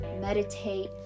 meditate